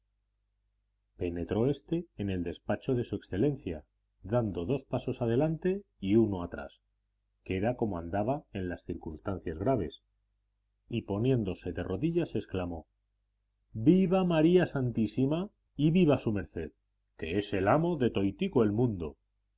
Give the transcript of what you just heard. penetró éste en el despacho de su excelencia dando dos pasos adelante y uno atrás que era como andaba en las circunstancias graves y poniéndose de rodillas exclamó viva maría santísima y viva su merced que es el amo de toitico el mundo